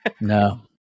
No